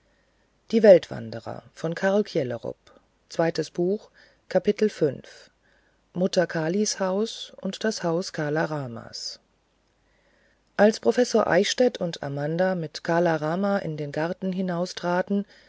mutter kalis haus und das haus kala ramas als professor eichstädt und amanda mit kala rama in den garten